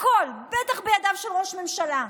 הכול, בטח בידיו של ראש ממשלה.